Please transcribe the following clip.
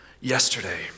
Yesterday